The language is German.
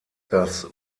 das